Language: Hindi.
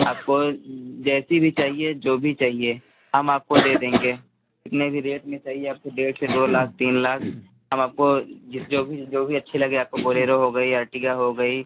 आपको जैसी भी चाहिए जो भी चाहिए हम आपको दे देंगे जितने भी रेट में चाहिए आपको डेढ़ से दो लाख तीन लाख हम आपको जो भी जो भी अच्छी लगे आपको बोलेरो हो गई आर्टिका हो गई